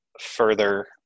further